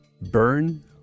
burn